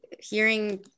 hearing